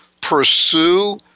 pursue